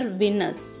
winners